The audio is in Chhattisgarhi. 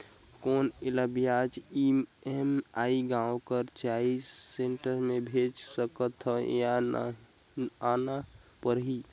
कौन एला ब्याज ई.एम.आई गांव कर चॉइस सेंटर ले भेज सकथव या आना परही?